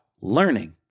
learning